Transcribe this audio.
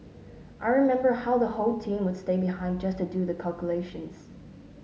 I remember how the whole team would stay behind just to do the calculations